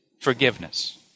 Forgiveness